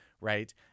right